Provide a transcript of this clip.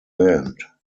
band